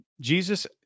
Jesus